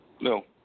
No